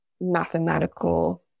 mathematical